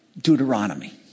Deuteronomy